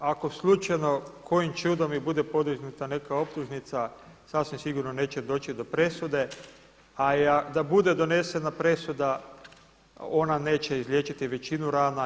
Ako slučajno kojim čudom i bude podignuta neka optužnica sasvim sigurno neće doći do presude, a i da bude donesena presuda ona neće izliječiti većinu rana.